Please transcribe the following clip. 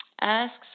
asks